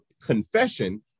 confession